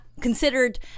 considered